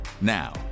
Now